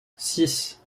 six